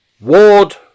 Ward